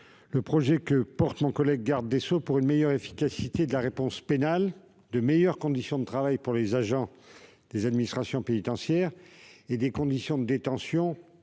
le projet que porte mon collègue garde des sceaux pour une meilleure efficacité de la réponse pénale, de meilleures conditions de travail pour les agents pénitentiaires et des conditions de détention plus